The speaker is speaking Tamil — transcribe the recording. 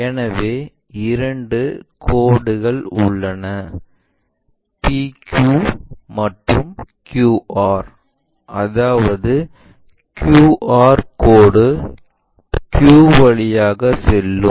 எனவே இரண்டு கோடுகள் உள்ளன PQ மற்றும் QR அதாவது QR கோடு Q வழியாக செல்லும்